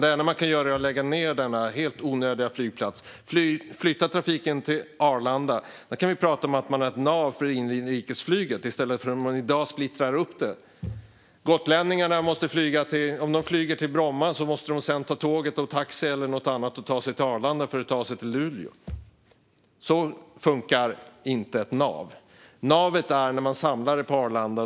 Det enda man kan göra är att lägga ned denna helt onödiga flygplats och flytta trafiken till Arlanda. Där kan vi prata om att man har ett nav för inrikesflyget i stället för att som i dag splittra upp det. Om gotlänningarna flyger till Bromma måste de sedan ta tåg, taxi eller något annat till Arlanda för att ta sig till Luleå. Så funkar inte ett nav. Navet är när man samlar det på Arlanda.